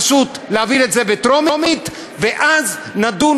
פשוט להעביר את זה בטרומית, ואז נדון